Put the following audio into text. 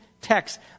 text